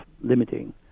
limiting